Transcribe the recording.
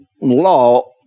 law